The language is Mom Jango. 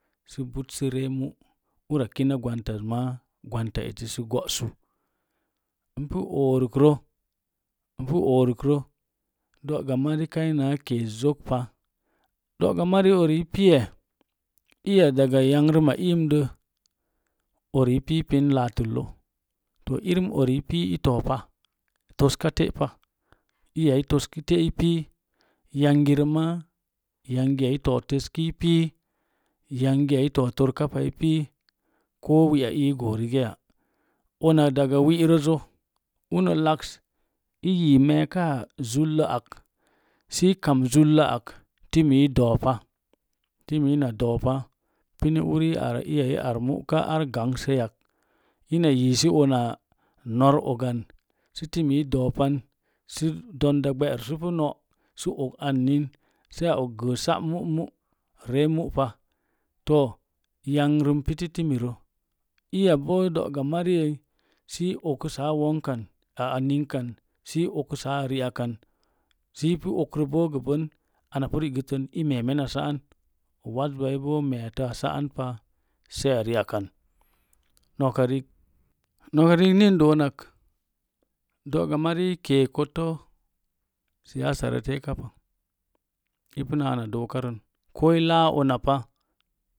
ura kinə gwangtaz maa gwanta eti sə go'su npu orəkrə orəkrə do'gamari kainaa keeszokpa do'gamari uri i piye iya daga yangrəm iirə uri i piipin laatəllə to irim uri i pii i toopa toska te'pa iya i toski te'ei i pii yangirə maa yangi i too toskəi pii yangiya i too torka pai i pii ko wi'a iyi i goo riga ya una daga wi'rəzə ukə laks meeka zullə ak sə kam zullə ak timi i doopa timi ina doopa pini uri ar mu ika ar gangsəl yak, ina yii si una an sə timi i doopan sə domda ɓerusupu no'sə og annin sai a og geesa mu'mu ree mu'pa yangrəm piti timirə iyabo do'ga marii sə okusapu a wonkan ningkan səi okusaa ri akan ipu okrə bo gə bən pu ri'gə tən a mee men a saan wazwai bo meetə a saan pa sai a ri akan noka rik noka rik ni n doonak do'gamari i kee kotto siyasarə te'kapa ipuna ana dookarən ko i laa una pa